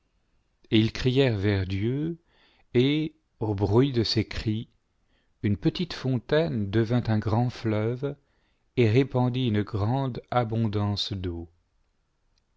ils crièrent vers dieu et au bruit de ces cris une petite fontaine devint un grand fleuve et répandit une grande abondance d'eaux